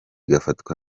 gifatwa